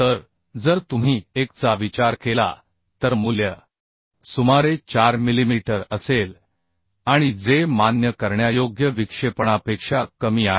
तर जर तुम्ही 1 चा विचार केला तर मूल्य सुमारे 4 मिलिमीटर असेल आणि जे मान्य करण्यायोग्य विक्षेपणापेक्षा कमी आहे